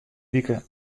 wike